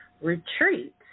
retreat